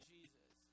Jesus